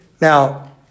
Now